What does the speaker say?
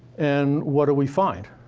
and what do we find?